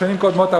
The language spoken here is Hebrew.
בשנים קודמות,